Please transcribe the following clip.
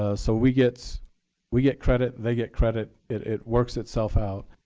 ah so we get we get credit. they get credit. it it works itself out.